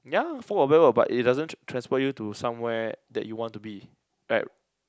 ya full of them ah but it doesn't trans~ transfer you to somewhere that you want to be at